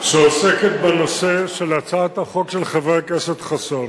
שעוסקת בנושא של הצעת החוק של חבר הכנסת חסון.